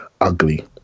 ugly